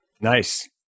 Nice